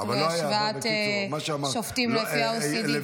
להשוואת שופטים לפי OECD. אבל לא היה,